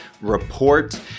report